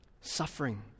suffering